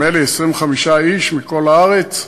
נדמה לי, כ-25 איש מכל הארץ.